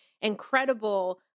incredible